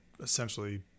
essentially